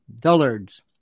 dullards